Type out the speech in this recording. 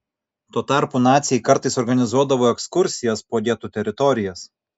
tuo tarpu naciai kartais organizuodavo ekskursijas po getų teritorijas